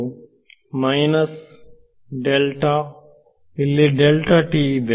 ವಿದ್ಯಾರ್ಥಿ minus minus ವಿದ್ಯಾರ್ಥಿ delta ಇಲ್ಲಿ ಇದೆ